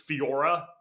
fiora